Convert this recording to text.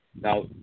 Now